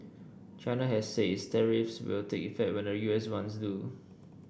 china has said its tariffs will take effect when the U S ones do